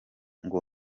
ngo